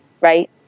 right